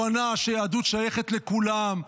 הבנה שהיהדות שייכת לכולם,